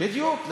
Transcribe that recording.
בדיוק.